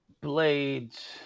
Blades